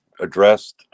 addressed